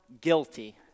guilty